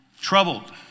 troubled